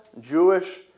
Jewish